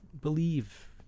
believe